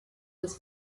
des